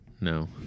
No